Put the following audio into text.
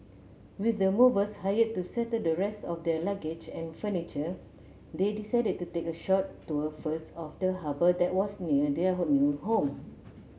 with the movers hired to settle the rest of their luggage and furniture they decided to take a short tour first of the near their new home